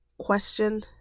Question